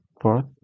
fourth